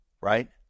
right